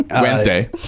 Wednesday